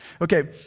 Okay